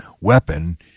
weapon